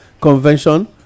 convention